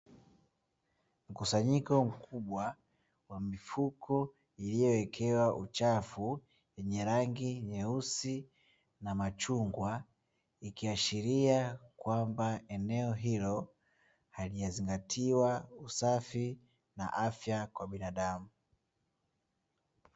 Mkusanyiko mkubwa wa mifuko iliyoekewa uchafu yenye rangi nyeusi na machungwa, ikiashiria kwamba eneo hilo halijazingatiwa usafi na afya kwa binadamu.